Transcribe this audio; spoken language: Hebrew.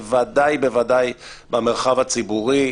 בוודאי ובוודאי במרחב הציבורי,